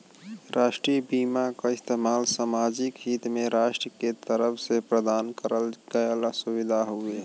राष्ट्रीय बीमा क इस्तेमाल सामाजिक हित में राष्ट्र के तरफ से प्रदान करल गयल सुविधा हउवे